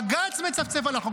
בג"ץ מצפצף על החוק.